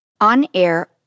on-air